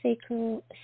sacral